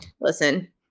listen